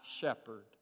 shepherd